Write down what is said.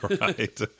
Right